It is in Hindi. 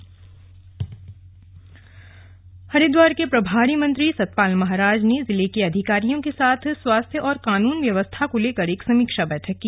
समीक्षा बैठक हरिद्वार के प्रभारी मंत्री सतपाल महाराज ने जिले के अधिकारियों के साथ स्वास्थ्य और कानून व्यवस्था को लेकर एक समीक्षा बैठक की